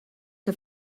que